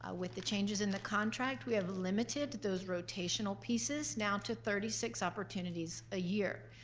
ah with the changes in the contract we have limited those rotational pieces now to thirty six opportunities a year.